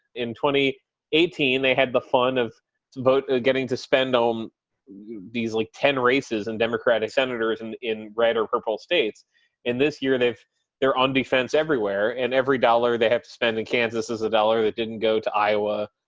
in twenty eighteen, they had the fun of but getting to spend on um these like ten races and democratic senators in in red or purple states in this year. they've they're on defense everywhere. and every dollar they have to spend in kansas is a dollar that didn't go to iowa,